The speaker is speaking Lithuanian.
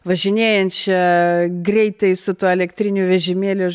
važinėjančią greitai su tuo elektriniu vežimėliu aš